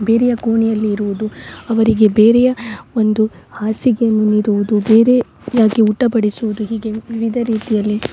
ಬೇರೆಯ ಕೋಣೆಯಲ್ಲಿ ಇರುವುದು ಅವರಿಗೆ ಬೇರೆಯ ಒಂದು ಹಾಸಿಗೆಯನ್ನು ನೀಡುವುದು ಬೇರೆಯಾಗಿ ಊಟ ಬಡಿಸುವುದು ಹೀಗೆ ವಿವಿಧ ರೀತಿಯಲ್ಲಿ